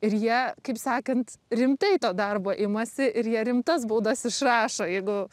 ir jie kaip sakant rimtai to darbo imasi ir jie rimtas baudas išrašo jeigu